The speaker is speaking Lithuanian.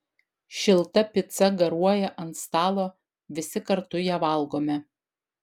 šilta pica garuoja ant stalo visi kartu ją valgome